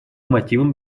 мотивам